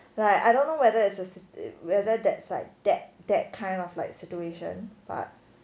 like I don't know whether it's a si~ whether that's like that that kind of like situation but